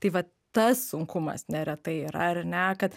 tai va tas sunkumas neretai yra ar ne kad